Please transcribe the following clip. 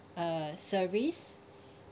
uh service